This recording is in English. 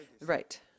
right